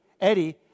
Eddie